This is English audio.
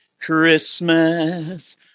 Christmas